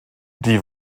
die